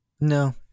No